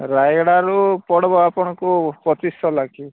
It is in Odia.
ରାୟଗଡ଼ାରୁ ପଡ଼ିବ ଆପଣଙ୍କୁ ପଚିଶଶହ ଲେଖାଏଁ